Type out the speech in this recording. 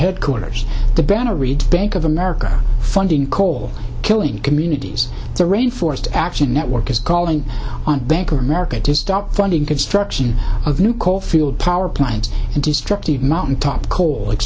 headquarters the banner reads bank of america funding coal killing communities the rain forest action network is calling on bank of america to stop funding construction of new coal field power plants and destructive mountaintop co